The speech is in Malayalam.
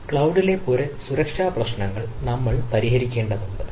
ക്ലൌഡിലെ സുരക്ഷാ പ്രശ്നങ്ങൾ നമ്മൾ പരിഹരിക്കേണ്ടതുണ്ട്